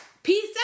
Peace